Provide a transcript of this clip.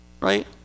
right